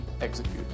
execute